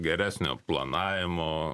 geresnio planavimo